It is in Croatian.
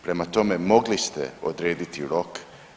Prema tome, mogli ste odrediti rok.